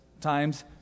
times